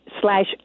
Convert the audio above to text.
slash